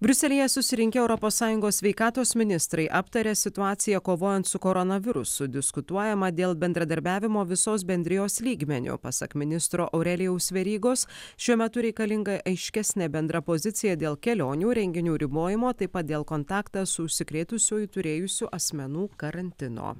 briuselyje susirinkę europos sąjungos sveikatos ministrai aptarė situaciją kovojant su koronavirusu diskutuojama dėl bendradarbiavimo visos bendrijos lygmeniu pasak ministro aurelijaus verygos šiuo metu reikalinga aiškesnė bendra pozicija dėl kelionių renginių ribojimo taip pat dėl kontaktą su užsikrėtusiuoju turėjusių asmenų karantino